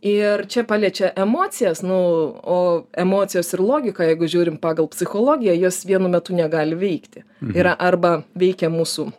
ir čia paliečia emocijas nu o emocijos ir logika jeigu žiūrim pagal psichologiją jos vienu metu negali veikti yra arba veikia mūsų